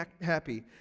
happy